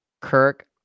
Kirk